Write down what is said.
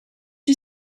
you